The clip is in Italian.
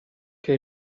che